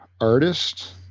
Artist